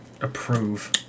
approve